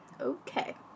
Okay